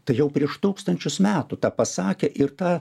tai jau prieš tūkstančius metų tą pasakė ir tą